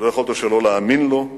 לא יכולת שלא להאמין לו,